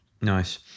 Nice